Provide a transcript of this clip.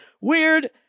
Weird